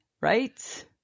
Right